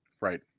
Right